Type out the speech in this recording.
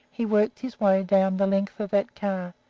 he worked his way down the length of that car,